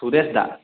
Suresh Das